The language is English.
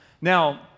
now